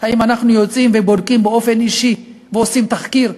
האם אנחנו יוצאים ובודקים באופן אישי ועושים תחקיר?